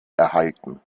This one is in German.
erhalten